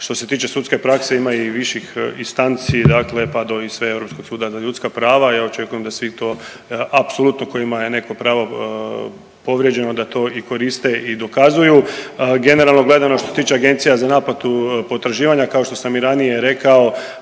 što se tiče sudske prakse ima i viših instanci, dakle pa do i sve Europskog suda za ljudska prava i ja očekujem da svi to, apsolutno kojima je neko pravo povrijeđeno da to i koriste i dokazuju. Generalno gledano što se tiče Agencija za naplatu potraživanja, kao što sam i ranije rekao